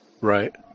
right